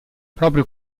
proprio